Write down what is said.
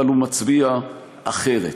אבל הוא מצביע אחרת.